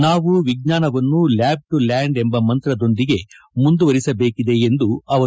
ನಾವು ವಿಜ್ಞಾನವನ್ನು lab to land ಎಂಬ ಮಂತ್ರದೊಂದಿಗೆ ಮುಂದುವರಿಸಬೇಕಿದೆ ಎಂದರು